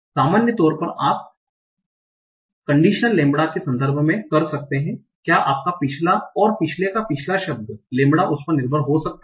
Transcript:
सामान्य तौर पर आप कंडीशनल लैम्ब्डा के संदर्भ में कर सकते हैं क्या आपका पिछला और पिछला का पिछला शब्द लैम्बडा उस पर निर्भर हो सकता है